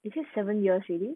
is it just seven years already